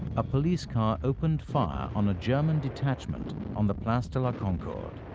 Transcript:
a police car opened fire on a german detachment on the place de la concorde.